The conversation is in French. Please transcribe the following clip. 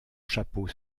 chapeau